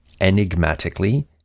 enigmatically